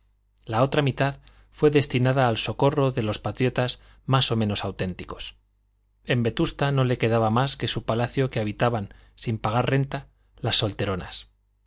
la otra mitad fue destinada al socorro de los patriotas más o menos auténticos en vetusta no le quedaba más que su palacio que habitaban sin pagar renta las solteronas